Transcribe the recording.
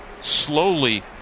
slowly